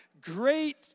great